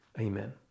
amen